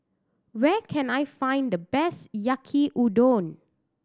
where can I find the best Yaki Udon